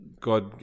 god